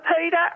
Peter